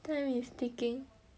time is ticking